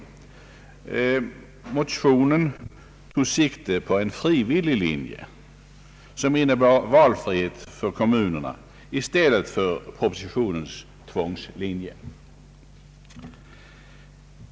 Motionen tog sikte på en frivillig linje, som innebar valfrihet för kommunerna, i stället för propositionens tvångslinje.